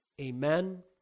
amen